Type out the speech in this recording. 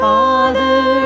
Father